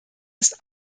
ist